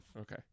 Okay